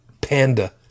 panda